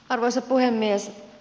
arvoisa puhemies